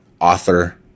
author